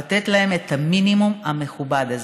לתת להם את המינימום המכובד הזה.